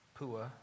Pua